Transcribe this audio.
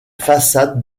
façade